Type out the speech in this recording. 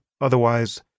otherwise